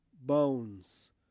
bones